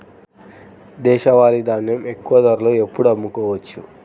దేశవాలి ధాన్యం ఎక్కువ ధరలో ఎప్పుడు అమ్ముకోవచ్చు?